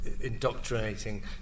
indoctrinating